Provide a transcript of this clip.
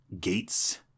gates